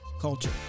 culture